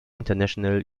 international